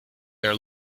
their